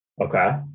Okay